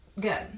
good